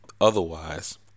otherwise